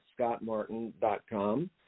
scottmartin.com